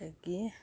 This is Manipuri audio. ꯑꯗꯒꯤ